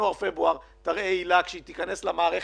מינואר-פברואר תראה הילה כשהיא תיכנס למערכת?